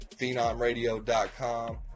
phenomradio.com